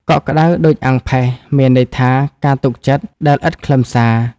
កក់ក្តៅដូចអាំងផេះ មានន័យថា ការទុកចិត្ត ដែលឥតខ្លឹមសារ ។